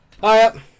Hiya